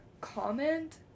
comment